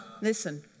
Listen